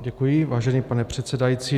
Děkuji, vážený pane předsedající.